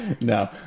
No